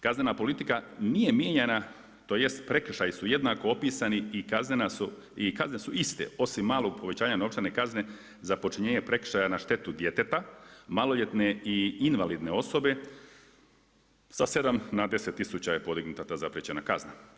Kaznena politika nije mijenjana tj. prekršaji su jednako opisani i kazne su iste osim malog povećanja novčane kazne za počinjenje prekršaja na štetu djeteta, maloljetne i invalidne osobe sa sedam na deset tisuća je podignuta ta zapriječena kazna.